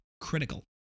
critical